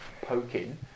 poking